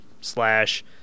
slash